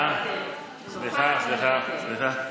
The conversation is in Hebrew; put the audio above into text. אה, סליחה, סליחה, סליחה.